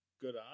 good